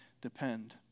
depend